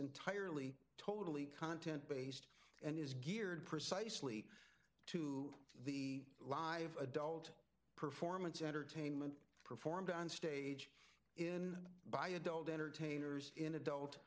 entirely totally content based and is geared precisely to the live adult performance entertainment performed on stage in by adult entertainers in adult